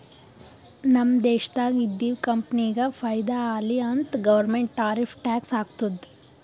ನಮ್ ದೇಶ್ದಾಗ್ ಇದ್ದಿವ್ ಕಂಪನಿಗ ಫೈದಾ ಆಲಿ ಅಂತ್ ಗೌರ್ಮೆಂಟ್ ಟಾರಿಫ್ ಟ್ಯಾಕ್ಸ್ ಹಾಕ್ತುದ್